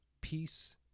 peace